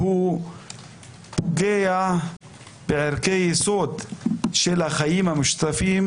שפוגע בערכי היסוד של החיים המשותפים.